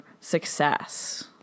success